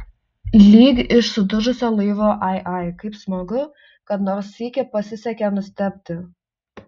lyg iš sudužusio laivo ai ai kaip smagu kad nors sykį pasisekė nustebti